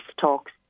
talks